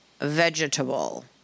vegetable